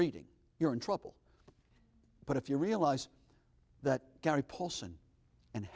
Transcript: reading you're in trouble but if you realize that gary paulson and